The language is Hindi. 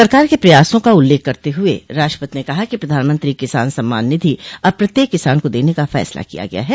सरकार के प्रयासों का उल्लेख करते हुए राष्ट्रपति ने कहा कि प्रधानमंत्री किसान सम्मान निधि अब प्रत्येक किसान को देने का फैसला किया गया है